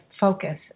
focus